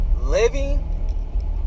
Living